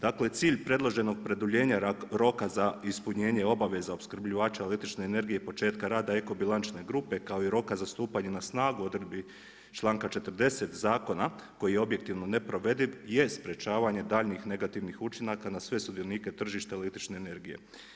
Kako je cilj predloženog produljenja roka za ispunjenje obaveza opskrbljivača električne energije početka rada eko bilančne grupe kao i roka za stupanje na snagu odredbi članka 40. zakona koji je objektivno neprovediv je sprječavanje daljnjih negativnih učinaka na sve sudionike tržišta električne energije.